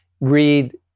read